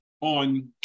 on